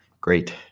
great